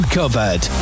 covered